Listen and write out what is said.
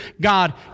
god